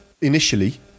initially